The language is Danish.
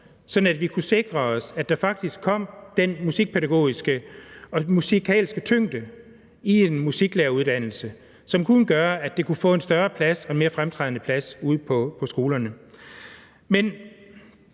så vi kan sikre os, at der faktisk kommer den musikpædagogiske og musikalske tyngde i en musiklæreruddannelse, som kunne gøre, at det kunne få en mere fremtrædende plads ude på skolerne.